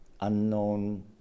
unknown